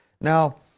Now